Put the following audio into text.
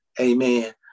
Amen